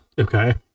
Okay